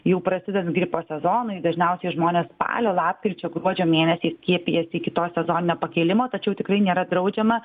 jau prasidedant gripo sezonui dažniausiai žmonės spalio lapkričio gruodžio mėnesiais skiepijasi iki to sezoninio pakėlimo tačiau tikrai nėra draudžiama